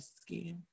skin